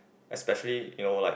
especially you know like